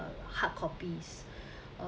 hard copies